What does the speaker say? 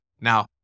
Now